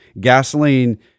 gasoline